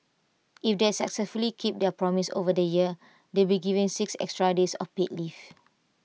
if they successfully keep their promise over the year they'll be given six extra days of paid leave